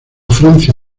francia